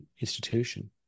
institution